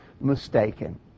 mistaken